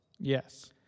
Yes